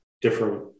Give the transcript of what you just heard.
different